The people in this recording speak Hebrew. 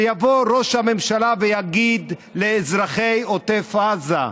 שיבוא ראש הממשלה ויגיד לאזרחי עוטף עזה: